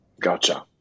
Gotcha